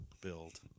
build